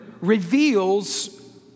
reveals